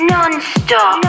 Non-stop